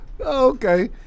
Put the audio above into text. Okay